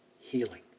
healing